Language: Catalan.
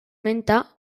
menta